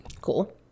cool